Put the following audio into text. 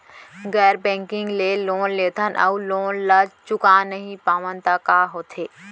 गैर बैंकिंग ले लोन लेथन अऊ लोन ल चुका नहीं पावन त का होथे?